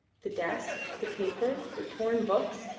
the desk, the paper, the torn books,